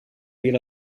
viel